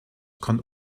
kann